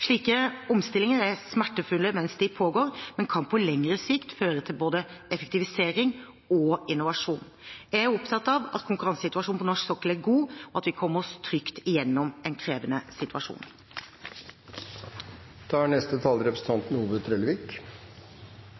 Slike omstillinger er smertefulle mens de pågår, men kan på lengre sikt føre til både effektivisering og innovasjon. Jeg er opptatt av at konkurransesituasjonen på norsk sokkel er god, og at vi kommer oss trygt gjennom en krevende